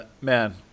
man